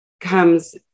comes